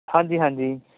ਹਾਂਜੀ ਹਾਂਜੀ